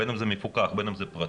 בין אם זה מפוקח ובין אם זה פרטי,